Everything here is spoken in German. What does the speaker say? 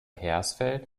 hersfeld